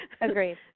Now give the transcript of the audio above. Agreed